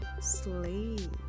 sleep